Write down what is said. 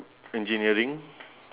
engineering